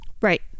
right